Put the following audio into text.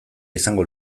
izango